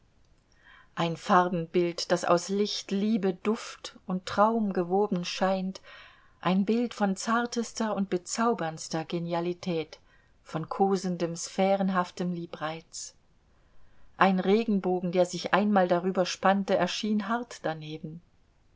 ein farbenbild das aus licht liebe duft und traum gewoben scheint ein bild von zartester und bezauberndster genialität von kosendem sphärenhaftem liebreiz ein regenbogen der sich einmal darüber spannte erschien hart daneben